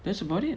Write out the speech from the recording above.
that's about it